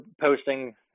posting